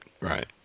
right